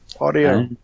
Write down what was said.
audio